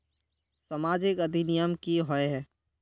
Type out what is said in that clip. सामाजिक अधिनियम की होय है?